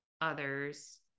others